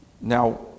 Now